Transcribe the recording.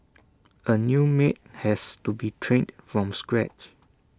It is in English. A new maid has to be trained from scratch